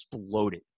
exploded